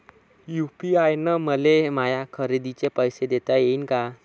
UPI न मले माया खरेदीचे पैसे देता येईन का?